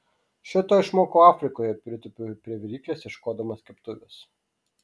šio to išmokau afrikoje pritupiu prie viryklės ieškodamas keptuvės